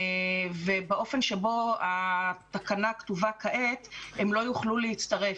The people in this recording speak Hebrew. באופן שבו התקנה כתובה כעת הם לא יוכלו להצטרף,